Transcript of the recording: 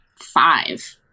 five